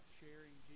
sharing